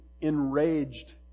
enraged